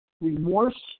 remorse